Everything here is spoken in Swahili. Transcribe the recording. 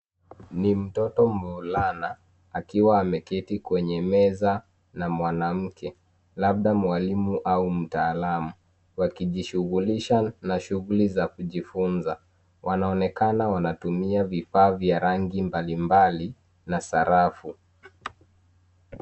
Ni mtoto mvulana ,akiwa ameketi kwenye meza na mwanamke labda mwalimu mtaalamu .Wakijishughulisha na shughuli za kujifunza. Wanaonekana wanatumia vifaa vya rangi mbali mbali, na sarafu.